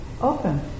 open